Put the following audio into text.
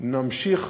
נמשיך